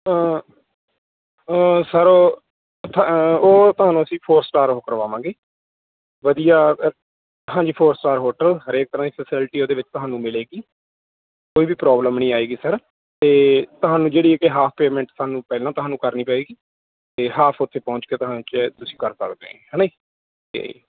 sir ਉਹ ਤੁਹਾਨੂੰ ਅਸੀਂ ਫੋਰ ਸਟਾਰ ਉਹ ਕਰਵਾਵਾਂਗੇ ਵਧੀਆ ਅ ਹਾਂਜੀ ਫੋਰ ਸਟਾਰ ਹੋਟਲ ਹਰੇਕ ਤਰ੍ਹਾਂ ਦੀ ਫੈਸਿਲਿਟੀ ਉਹਦੇ ਵਿੱਚ ਤੁਹਾਨੂੰ ਮਿਲੇਗੀ ਕੋਈ ਵੀ ਪ੍ਰੋਬਲਮ ਨਹੀਂ ਆਏਗੀ ਸਰ ਅਤੇ ਤੁਹਾਨੂੰ ਜਿਹੜੀ ਕਿ ਹਾਫ ਪੇਮੈਂਟ ਤੁਹਾਨੂੰ ਪਹਿਲਾਂ ਤੁਹਾਨੂੰ ਕਰਨੀ ਪਏਗੀ ਅਤੇ ਹਾਫ ਉੱਥੇ ਪਹੁੰਚ ਕੇ ਤੁਸੀਂ ਕਰ ਸਕਦੇ ਹੈ ਨਾ ਜੀ ਅਤੇ